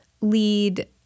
lead